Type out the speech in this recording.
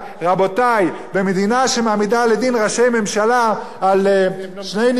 במדינה שמעמידה לדין ראשי ממשלה על שני ניקובים בכרטיס טיסה